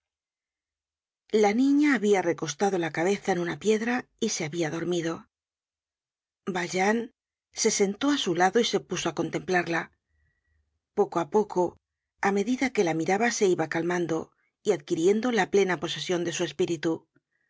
la niña hqbia recostado la cabeza en una piedra y se habia dormido valjean se sentó á su lado y se puso á contemplarla poco á poco á medida que la miraba se iba calmando y adquiriendo la plena posesion de su espíritu